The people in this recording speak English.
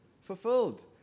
Fulfilled